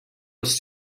was